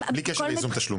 בלי קשר ליזום תשלומים?